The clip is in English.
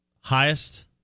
highest